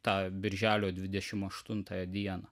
tą birželio dvidešimt aštuntąją dieną